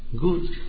good